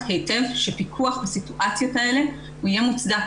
היטב שפיקוח בסיטואציות האלה יהיה מוצדק,